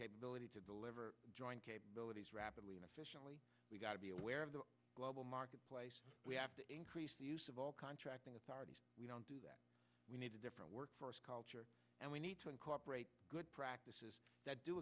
capability to deliver joint capabilities rapidly inefficiently we've got to be aware of the global marketplace we have to increase the use of all contracting authorities we don't do that we need a different workforce culture and we need to incorporate good practices that do